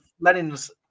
lenin's